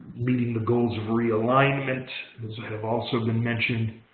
meeting the goals of realignment have also been mentioned.